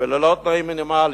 וללא תנאים מינימליים,